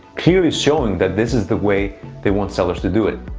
clearly showing that this is the way they want sellers to do it.